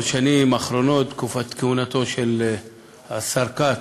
בשנים האחרונות בתקופת כהונתו של השר כץ,